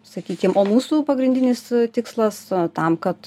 sakykim o mūsų pagrindinis tikslas tam kad